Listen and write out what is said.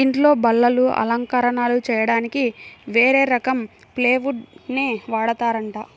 ఇంట్లో బల్లలు, అలంకరణలు చెయ్యడానికి వేరే రకం ప్లైవుడ్ నే వాడతారంట